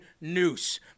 noose